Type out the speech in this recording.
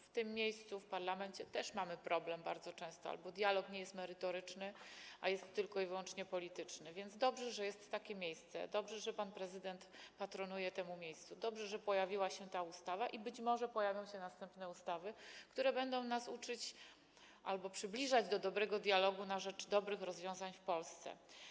W tym miejscu, w parlamencie, też mamy bardzo często problem - dialog nie jest merytoryczny, a jest tylko i wyłącznie polityczny, więc dobrze, że jest takie miejsce, dobrze, że pan prezydent patronuje temu miejscu, dobrze, że pojawiła się ta ustawa i być może pojawią się następne ustawy, które będą nas uczyć albo przybliżać do dobrego dialogu na rzecz dobrych rozwiązań w Polsce.